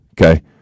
okay